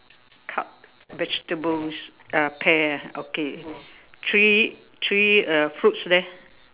cut vegetables uh pear ah okay three three uh fruits there